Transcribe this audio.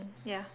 ya